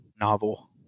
novel